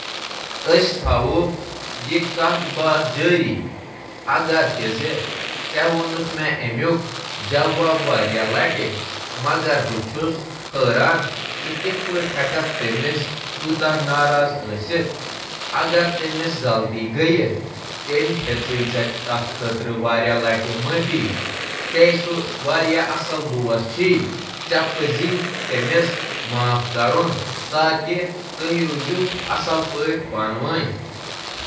أسۍ کَرِ یہِ کَتھ باتھ جٲری، یِتھ کٔنۍ زَن تۄہہِ مےٚ واریاہ کال جواب دِیُتمُت۔ مگر مےٚ چھُنہٕ بوزُن زِ تۄہہِ کیٛازِ چھُ یوٗتاہ شرارت۔ سُہ چُھ پنُن اصل دوست۔ اگر تٔمۍ کانٛہہ غلطی کٔر، تٔمۍ چھِ تۄہہِ معٲفی منٛگمٕژ۔ تہٕ تۄہہِ پزِ أمِس ماف کرُن۔